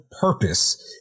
purpose